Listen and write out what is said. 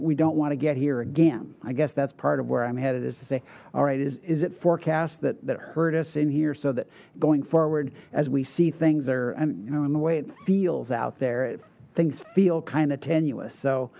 we don't want to get here again i guess that's part of where i'm headed is to say all right is it forecast that that hurt us in here so that going forward as we see things are and you know in the way it feels out there if things feel kind of tenuous so